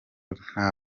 nta